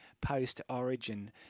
post-Origin